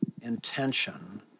intention